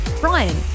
Brian